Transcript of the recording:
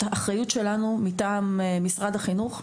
האחריות שלנו מטעם משרד החינוך,